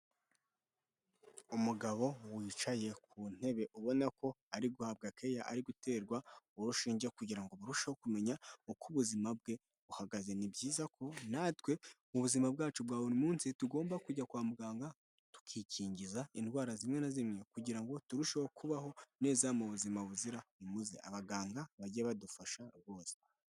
Umugabo wicaye ku ntebe ubona ko ari guhabwa care ari guterwa urushinge kugira ngo burusheho kumenya uko ubuzima bwe buhagaze ni byiza ko natwe mu buzima bwacu bwa buri munsi tugomba kujya kwa muganga tukikingiza indwara zimwe na zimwe kugira ngo turusheho kubaho neza mu buzima buzira umuze abaganga bajye badufasha rwose.